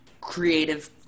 creative